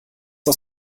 aus